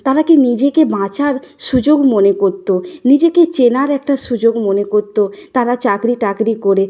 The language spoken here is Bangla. তারা কী নিজেকে বাঁচার সুযোগ মনে করত নিজেকে চেনার একটা সুযোগ মনে করত তারা চাকরি টাকরি করে